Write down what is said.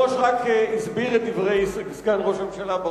היושב-ראש רק הסביר את דברי סגן ראש הממשלה.